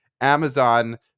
Amazon